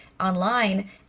online